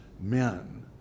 men